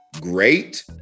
great